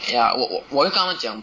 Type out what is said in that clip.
ya 我我我要跟他们讲